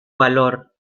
valor